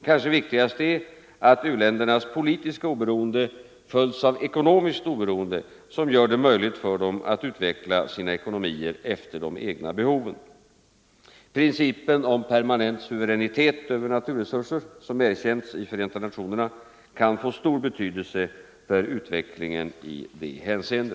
Kanske viktigast är att u-ländernas politiska oberoende följs av ekonomiskt oberoende som gör det möjligt för dem att utveckla sina ekonomier efter de egna behoven. Principen om permanent suveränitet över naturresurser, som erkänts i Förenta nationerna, kan få stor betydelse för utvecklingen i detta hänseende.